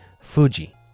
fuji